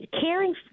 caring